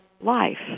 life